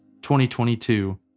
2022